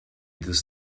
this